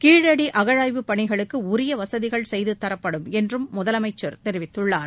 கீழடி அகழ் ஆய்வுப் பணிகளுக்கு உரிய வசதிகள் செய்து தரப்படும் என்றும் முதலமைச்சர் தெரிவித்துள்ளார்